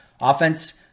Offense